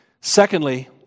Secondly